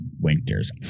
Winters